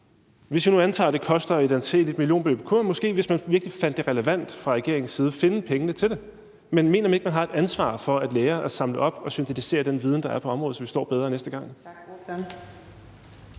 Hvis vi nu antager, at det koster et anseligt millionbeløb, kunne man måske, hvis man virkelig fandt det relevant fra regeringens side, finde pengene til det. Men mener man ikke, at man har et ansvar for at lære og samle op og systematisere den viden, der er på området, så vi står bedre næste gang?